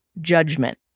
judgment